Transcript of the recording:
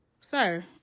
sir